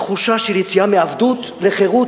תחושה של יציאה מעבדות לחירות,